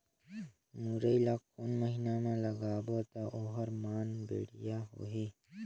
मुरई ला कोन महीना मा लगाबो ता ओहार मान बेडिया होही?